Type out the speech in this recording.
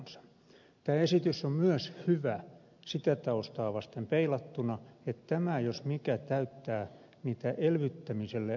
tämä esitys on myös hyvä sitä taustaa vasten peilattuna että tämä jos mikä täyttää niitä elvyttämiselle asetettuja kriteereitä